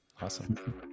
awesome